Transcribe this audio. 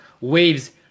waves